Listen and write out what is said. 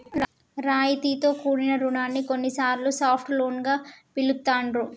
రాయితీతో కూడిన రుణాన్ని కొన్నిసార్లు సాఫ్ట్ లోన్ గా పిలుత్తాండ్రు